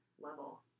level